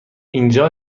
اینجا